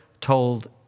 told